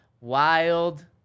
wild